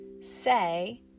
say